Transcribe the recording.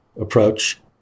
approach